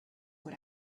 what